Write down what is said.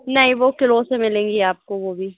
नहीं वह किलो से मिलेंगी आपको वह भी